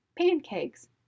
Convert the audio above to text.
pancakes